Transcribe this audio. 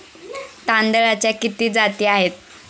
तांदळाच्या किती जाती आहेत?